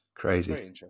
crazy